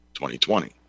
2020